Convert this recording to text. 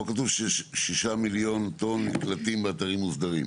פה כתוב שיש 6 מיליון טון נקלטים באתרים מוסדרים.